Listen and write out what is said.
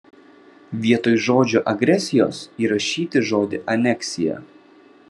vietoj žodžio agresijos įrašyti žodį aneksija